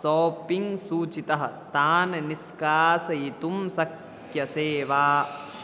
shopping सूचितः तान् निष्कासितुं शक्यसे वा